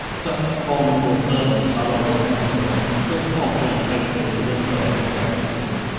such formidable servants are always necessary, but often fatal to the throne of despotism.